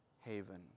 haven